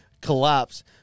collapse